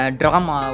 drama